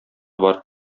бар